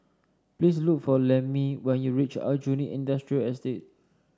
please look for Lemmie when you reach Aljunied Industrial Estate